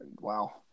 Wow